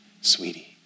sweetie